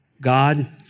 God